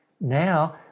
now